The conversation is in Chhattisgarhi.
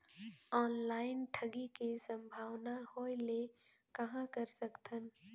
ऑनलाइन ठगी के संभावना होय ले कहां कर सकथन?